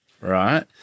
Right